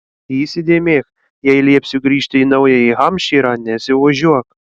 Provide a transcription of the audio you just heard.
įsidėmėk jei liepsiu grįžti į naująjį hampšyrą nesiožiuok